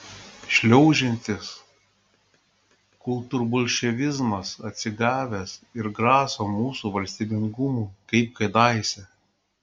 šliaužiantis kultūrbolševizmas atsigavęs ir graso mūsų valstybingumui kaip kadaise